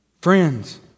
Friends